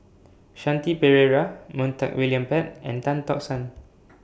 Shanti Pereira Montague William Pett and Tan Tock San